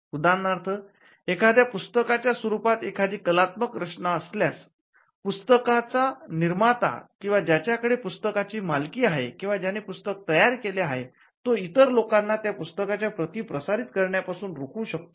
उदाहरणार्थ एखाद्या पुस्तकाच्या स्वरूपात एखादी कलात्मक रचना असल्यास पुस्तकाचा निर्माता किंवा ज्याच्याकडे पुस्तकाची मालकी आहे किंवा ज्याने पुस्तक तयार केले आहे तो इतर लोकांना त्या पुस्तकाच्या प्रती प्रसारित करण्यापासून रोखू शकतो